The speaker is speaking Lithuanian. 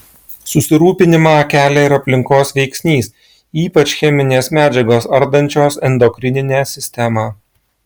susirūpinimą kelia ir aplinkos veiksnys ypač cheminės medžiagos ardančios endokrininę sistemą